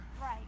right